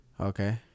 okay